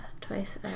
twice